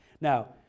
Now